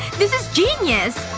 this is genius!